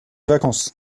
vacances